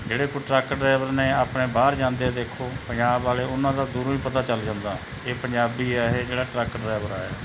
ਜਿਹੜੇ ਕੋਈ truck driver ਨੇ ਆਪਣੇ ਬਾਹਰ ਜਾਂਦੇ ਦੇਖੋ ਪੰਜਾਬ ਵਾਲੇ ਉਹਨਾਂ ਦਾ ਦੂਰੋਂ ਹੀ ਪਤਾ ਚੱਲ ਜਾਂਦਾ ਇਹ ਪੰਜਾਬੀ ਹੈ ਇਹ ਜਿਹੜਾ ਟਰੱਕ ਡਰਾਈਵਰ ਆਇਆ